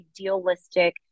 idealistic